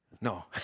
No